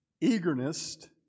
eagerness